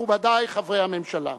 מכובדי חברי הממשלה,